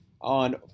on